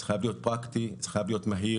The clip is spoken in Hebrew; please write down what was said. זה חייב להיות פרקטי, זה חייב להיות מהיר.